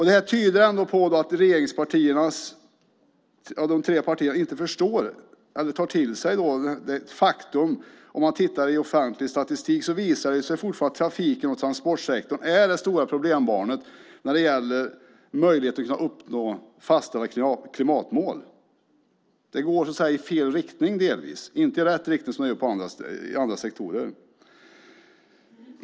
Det tyder på att de tre regeringspartierna inte förstår eller tar till sig det man kan se om man tittar på offentlig statistik, nämligen det faktum att det fortfarande är trafiken och transportsektorn som är det stora problembarnet när det gäller möjligheterna att uppnå fastställda klimatmål. Det går så att säga delvis i fel riktning, inte i rätt riktning som det har gjort i andra sektorer.